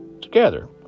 together